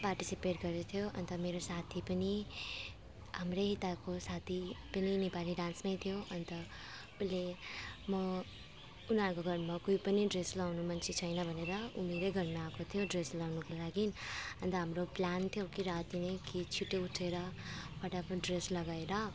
participate गरेको थियो अन्त मेरो साथी पनि हाम्रै यताको साथी पहिले नेपाली डान्समै थियो अन्त उसले म उनीहरूको घरमा कोही पनि ड्रेस लगाउनु मान्छे छैन भनेर ऊ मेरो घरमा आएको थियो ड्रेस लगाउनुको लागि अन्त हाम्रो प्लान थियो कि राति नै कि छिटो उठेर फटाफट ड्रेस लगाएर